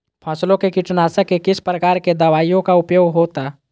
फसलों के कीटनाशक के किस प्रकार के दवाइयों का उपयोग हो ला?